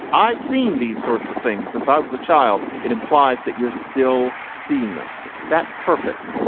i've seen these sorts of things since i was a child. it implies that you're still seeing them that perfect.